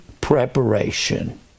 preparation